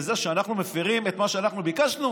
בזה שאנחנו מפירים את מה שאנחנו ביקשנו?